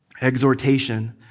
exhortation